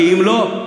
כי אם לא,